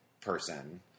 person